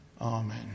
Amen